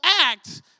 act